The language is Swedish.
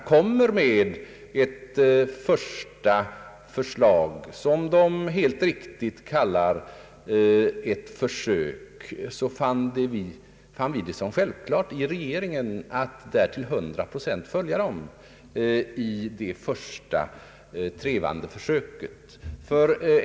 När utredningen framlade ett första förslag till vad den helt riktigt kallade ett försök, fann vi det i regeringen självklart att till hundra procent följa utredningen i det första trevande försöket.